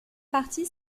partie